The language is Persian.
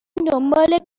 دنبال